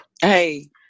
Hey